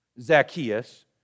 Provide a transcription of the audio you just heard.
Zacchaeus